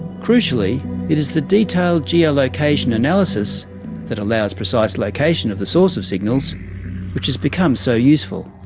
crucially it is the detailed geolocation analysis that allows precise location of the source of signals which has become so useful.